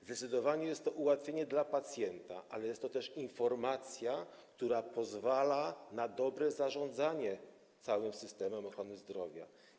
Zdecydowanie jest to ułatwienie dla pacjenta, ale jest to też informacja, która pozwala na dobre zarządzanie całym systemem ochrony zdrowia.